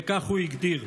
וכך הוא הגדיר: